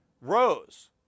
rose